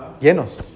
llenos